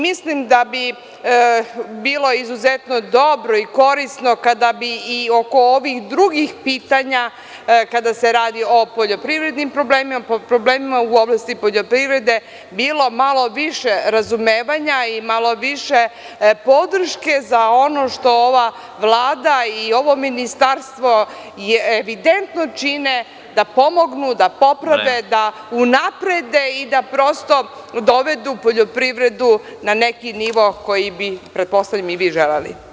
Mislim da bi bilo izuzetno dobro i korisno kada bi i oko ovih drugih pitanja, kada se radi o poljoprivrednim problemima, problemima u oblasti poljoprivrede, bilo malo više razumevanja i malo više podrške za ono što ova Vlada i ovo ministarstvo evidentno čine da pomognu, da poprave, da unaprede i da prosto dovedu poljoprivredu na neki nivo koji bi, pretpostavljam, i vi želeli.